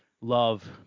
love